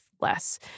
less